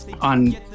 on